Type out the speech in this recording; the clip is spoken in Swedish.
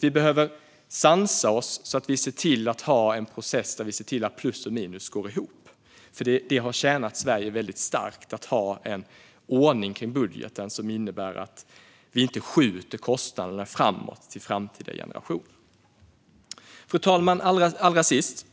Vi behöver sansa oss och se till att ha en process där plus och minus går ihop. Det har tjänat Sverige väl att ha en ordning kring budgeten som innebär att vi inte skjuter kostnaderna framåt till framtida generationer. Fru talman!